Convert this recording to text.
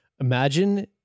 Imagine